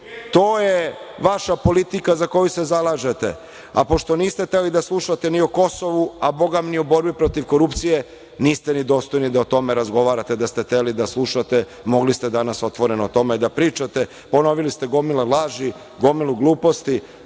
To je vaša politika za koju se zalažete, a pošto niste hteli da slušate ni o Kosovu, a bogami ni o borbi protiv korupcije, niste ni dostojni da o tome razgovarate. Da ste hteli da slušate, mogli ste danas otvoreno o tome da pričate. Ponovili ste gomilu laži, gomilu gluposti